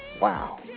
wow